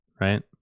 Right